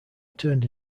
turned